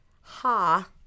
ha